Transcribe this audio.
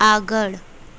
આગળ